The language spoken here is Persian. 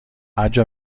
هرجا